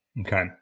Okay